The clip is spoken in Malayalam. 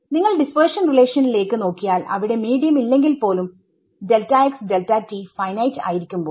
നിങ്ങൾ ഡിസ്പെർഷൻ റിലേഷനിലേക്ക് നോക്കിയാൽ അവിടെ മീഡിയം ഇല്ലെങ്കിൽ പോലും ഫൈനൈറ്റ് ആയിരിക്കുമ്പോൾ